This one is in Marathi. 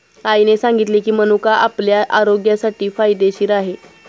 आईने सांगितले की, मनुका आपल्या आरोग्यासाठी फायदेशीर आहे